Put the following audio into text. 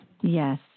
Yes